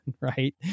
right